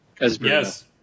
Yes